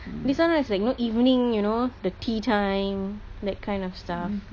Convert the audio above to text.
this one is like you know evening you know the tea time that kind of stuff